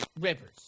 Rivers